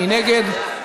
מי נגד?